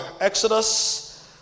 exodus